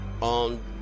on